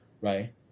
right